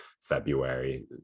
February